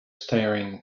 staring